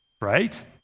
right